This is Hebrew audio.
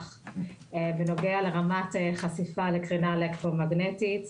בנוגע לרמת חשיפה לקרינה אלקטרו מגנטית.